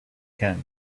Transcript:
can